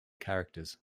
characters